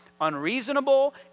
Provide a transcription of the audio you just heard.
Unreasonable